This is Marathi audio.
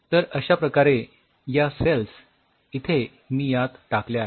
तर अश्या प्रकारे या सेल्स इथे मी यात टाकल्या आहेत